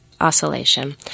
Oscillation